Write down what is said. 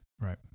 Right